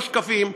לא שקפים,